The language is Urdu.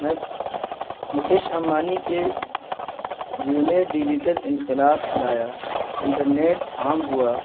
میکس مکیش امبانی کے جیو نے ڈیجیٹل انقلاب لایا انٹرنیٹ عام ہوا